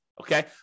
Okay